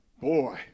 boy